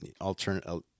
alternative